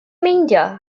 meindio